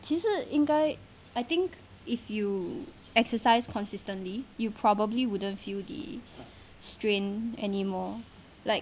其实应该 I think if you exercise consistently you probably wouldn't feel the strain anymore like